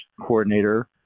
coordinator